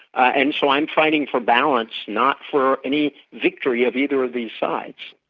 and so i'm fighting for balance, not for any victory of either of these sides.